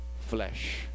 flesh